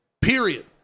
Period